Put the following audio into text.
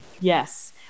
Yes